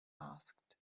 asked